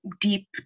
deep